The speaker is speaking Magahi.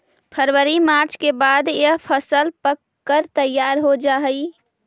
फरवरी मार्च के बाद यह फसल पक कर तैयार हो जा हई